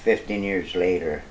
fifteen years later